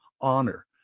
honor